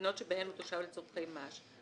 כמדינות שבהן הוא תושב לצרכי מס,